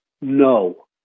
No